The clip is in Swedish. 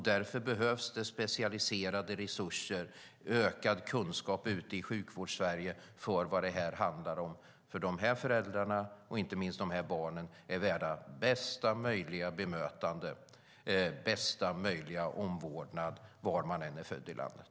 Därför behövs det specialiserade resurser och en ökad kunskap ute i Sjukvårdssverige om vad det här handlar om. De här föräldrarna och, inte minst, de här barnen är värda bästa möjliga bemötande och bästa möjliga omvårdnad, var man än är född i landet.